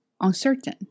uncertain